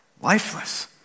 Lifeless